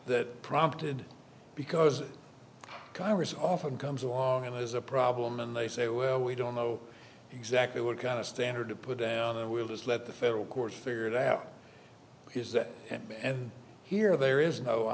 that prompted because congress often comes along and is a problem and they say well we don't know exactly what kind of standard to put down we'll just let the federal courts figure it out is that and here there is no i